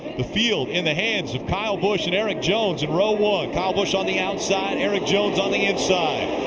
the field in the hands of kyle busch and erik jones in row one. kyle busch on the outside, erik jones on the inside.